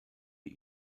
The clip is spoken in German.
die